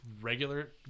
regular